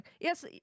yes